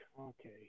okay